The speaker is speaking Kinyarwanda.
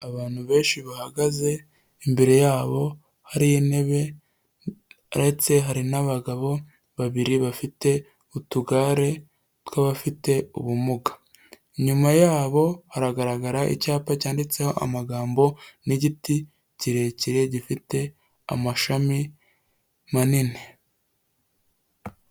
Abantu benshi bahagaze, imbere yabo hari intebe uretse hari n'abagabo babiri bafite utugare tw'abafite ubumuga, nyuma yabo hagaragara icyapa cyanditseho amagambo n'igiti kirekire gifite amashami manini.